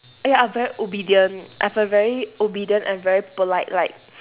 ah ya very obedient I have a very obedient and very polite like